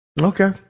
Okay